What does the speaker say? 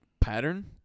pattern